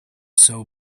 sew